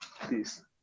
please